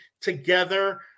together